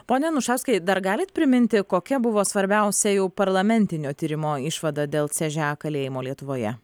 pone anušauskai dar galit priminti kokia buvo svarbiausia jau parlamentinio tyrimo išvada dėl c ž a kalėjimo lietuvoje